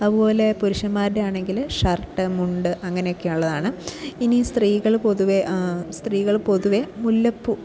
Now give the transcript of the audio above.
അതുപോലെ പുരുഷന്മാരുടെ ആണെങ്കിൽ ഷർട്ട് മുണ്ട് അങ്ങനെയൊക്കെ ഉള്ളതാണ് ഇനി സ്ത്രീകൾ പൊതുവേ സ്ത്രീകൾ പൊതുവേ മുല്ലപ്പൂ